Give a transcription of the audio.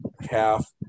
half